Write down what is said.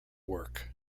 work